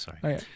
sorry